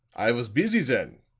i was busy then.